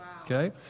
Okay